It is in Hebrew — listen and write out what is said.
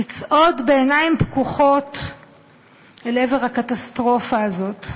לצעוד בעיניים פקוחות אל עבר הקטסטרופה הזאת.